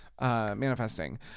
manifesting